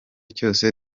cyose